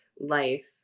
life